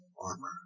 armor